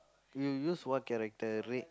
you use what character red